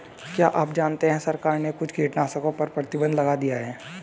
क्या आप जानते है सरकार ने कुछ कीटनाशकों पर प्रतिबंध लगा दिया है?